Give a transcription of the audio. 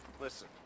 Listen